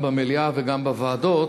גם במליאה וגם בוועדות,